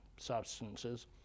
substances